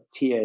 TA